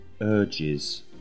urges